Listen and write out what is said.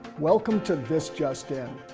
welcome to this just in,